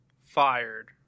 fired